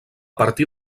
partir